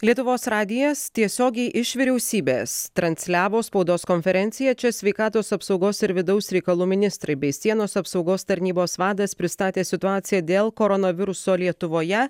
lietuvos radijas tiesiogiai iš vyriausybės transliavo spaudos konferenciją čia sveikatos apsaugos ir vidaus reikalų ministrai bei sienos apsaugos tarnybos vadas pristatė situaciją dėl koronaviruso lietuvoje